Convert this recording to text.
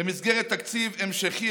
במסגרת תקציב המשכי,